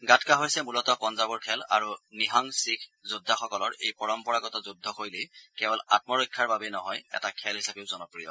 গাটকা হৈছে মূলতঃ পঞ্জাৱৰ খেল আৰু নিহাং শিখ যোদ্ধাসকলৰ এই পৰম্পৰাগত যুদ্ধশৈলী কেৱল আমৰক্ষাৰ বাবেই নহয় এটা খেল হিচাপেও জনপ্ৰিয়